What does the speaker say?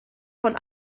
von